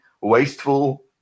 wasteful